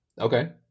Okay